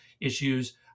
issues